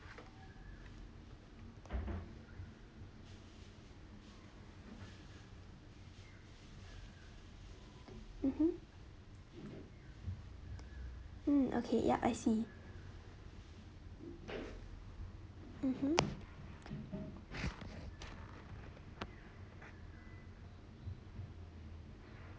mmhmm okay ya I see mmhmm